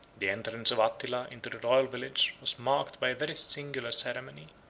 the entrance of attila into the royal village was marked by a very singular ceremony.